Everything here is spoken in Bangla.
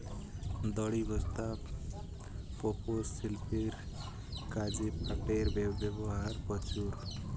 দড়ি, বস্তা, পাপোষ, শিল্পের কাজে পাটের ব্যবহার প্রচুর